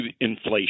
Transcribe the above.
inflation